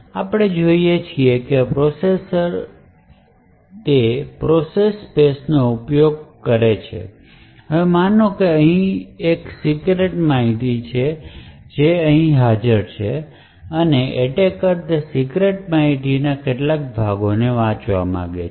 હવે આપણે જે જોઈએ છીએ તે પ્રોસેસ સ્પેસ નો ઉપયોગ છે હવે માનો લઈશું કે અહીં એક સીક્રેટ માહિતી છે જે અહીં હાજર છે અને એટેકરસીક્રેટ માહિતીના કેટલાક ભાગો વાંચવા માંગે છે